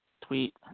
tweet